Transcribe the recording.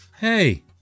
Hey